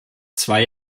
zwei